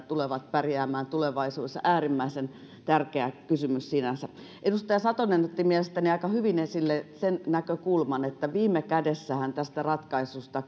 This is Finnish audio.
tulevat pärjäämään tulevaisuudessa äärimmäisen tärkeä kysymys sinänsä edustaja satonen otti mielestäni aika hyvin esille sen näkökulman että viime kädessähän tästä ratkaisusta